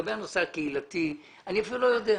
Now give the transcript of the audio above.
לגבי הנושא הקהילתי, אני אפילו לא יודע.